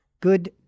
good